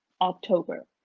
October